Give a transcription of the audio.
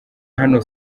hano